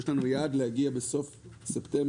יש לנו יעד לסוף ספטמבר,